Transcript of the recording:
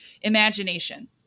imagination